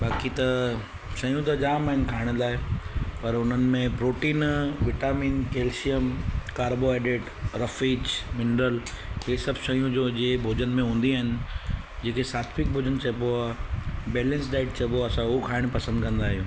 बाक़ी त शयूं त जाम आहिनि खाइण लाइ पर उन्हनि में प्रोटीन विटामिन कैल्शियम कार्बोहाइड्रेट रफीक्स मिनरल हीअ सभु शयूं जो अॼु इहे भोजन में हूंदियूं आहिनि जंहिंखे सात्विक भोजन चएबो आहे बैलेंस डाईट चएबो आहे असां उहो खाइण पसंदि कंदा आहियूं